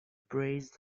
praised